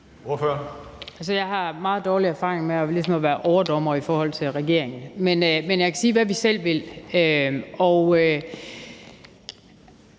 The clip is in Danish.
jeg har meget dårlig erfaring med ligesom at være overdommer i forhold til regeringen, men jeg kan sige, hvad vi selv vil.